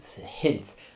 hints